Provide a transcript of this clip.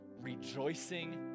rejoicing